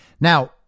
Now